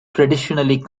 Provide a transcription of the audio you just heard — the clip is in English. traditionally